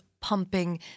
pumping